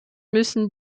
müssen